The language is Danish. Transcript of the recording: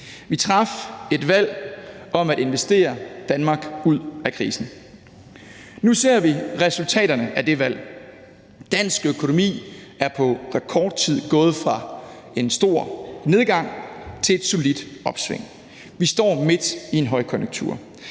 Vi traf et valg om at investere Danmark ud af krisen. Nu ser vi resultaterne af det valg. Dansk økonomi er på rekordtid gået fra en stor nedgang til et solidt opsving. Vi står midt i en højkonjunktur.